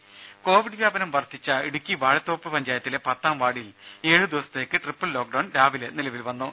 രുമ കോവിഡ് വ്യാപനം വർധിച്ച ഇടുക്കി വാഴത്തോപ്പ് പഞ്ചായത്തിലെ പത്താം വാർഡിൽ ഏഴു ദിവസത്തേക്ക് ട്രിപ്പിൾ ലോക്ഡൌൺ രാവിലെ നിലവിൽ വന്നു